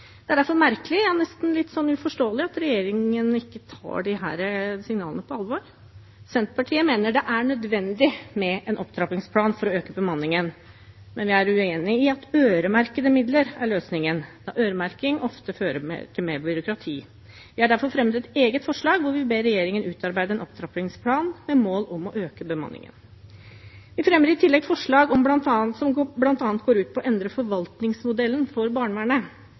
Det er derfor merkelig, nesten litt uforståelig, at regjeringen ikke tar disse signalene på alvor. Senterpartiet mener det er nødvendig med en opptrappingsplan for å øke bemanningen, men vi er uenig i at øremerkede midler er løsningen, da øremerking ofte fører til mer byråkrati. Vi har derfor fremmet et eget forslag hvor vi ber regjeringen utarbeide en opptrappingsplan med mål om å øke bemanningen. Vi fremmer i tillegg forslag som bl.a. går ut på å endre forvaltningsmodellen for barnevernet,